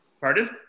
Pardon